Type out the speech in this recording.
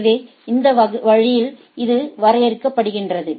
எனவே இந்த வழியில் இது வரையறுக்கப்படுகிறது